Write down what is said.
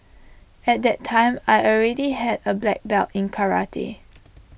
at that time I already had A black belt in karate